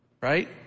right